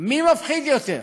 מי מפחיד יותר?